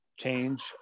change